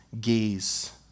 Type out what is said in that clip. gaze